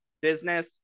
business